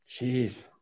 Jeez